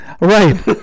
right